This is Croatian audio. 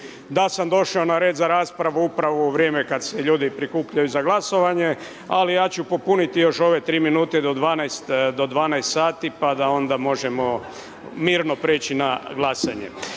da sam došao na red za raspravu upravo u vrijeme kada se ljudi prikupljaju za glasovanje, ali ja ću popuniti još ove 3 minute do 12 sati, pa da onda možemo mirno preći na glasanje.